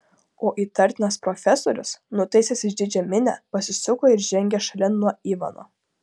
o įtartinas profesorius nutaisęs išdidžią miną pasisuko ir žengė šalin nuo ivano